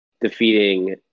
defeating